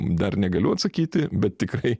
dar negaliu atsakyti bet tikrai